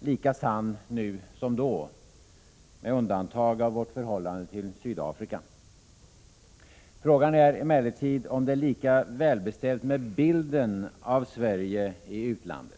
lika sann nu som då — med undantag av vårt förhållande till Sydafrika. Frågan är emellertid om det är lika välbeställt med bilden av Sverige i utlandet.